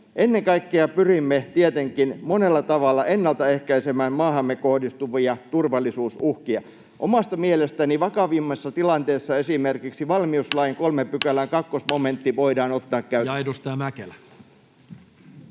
Ennen kaikkea pyrimme tietenkin monella tavalla ennalta ehkäisemään maahamme kohdistuvia turvallisuusuhkia. Omasta mielestäni vakavimmassa tilanteessa esimerkiksi valmiuslain 3 §:n 2 momentti voidaan ottaa käyttöön.